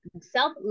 self